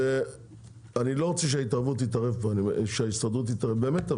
אני לא רוצה שההסתדרות תתערב, אבל באמת.